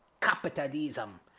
capitalism